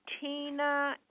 Tina